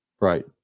Right